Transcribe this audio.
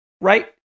Right